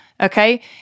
okay